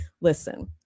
listen